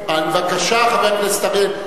בבקשה, חבר הכנסת אריאל.